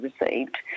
received